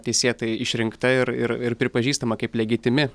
teisėtai išrinkta ir ir ir pripažįstama kaip legitimi